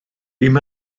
bum